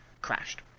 crashed